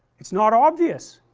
it's not obvious.